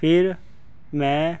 ਫਿਰ ਮੈਂ